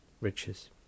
riches